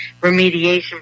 remediation